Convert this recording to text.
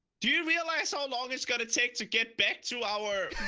do you realize how long it's going to take to get back to our?